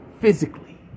physically